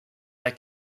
les